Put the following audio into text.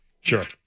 Sure